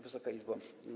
Wysoka Izbo!